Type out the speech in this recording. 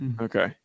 Okay